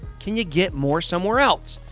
can you get more somewhere else?